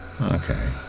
Okay